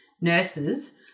nurses